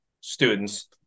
students